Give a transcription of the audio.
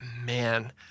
Man